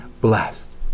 blessed